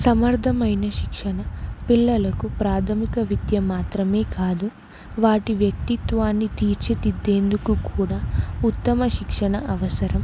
సమర్థమైన శిక్షణ పిల్లలకు ప్రాథమిక విద్య మాత్రమే కాదు వారి వ్యక్తిత్వాన్ని తీర్చితిద్దేందుకు కూడా ఉత్తమ శిక్షణ అవసరం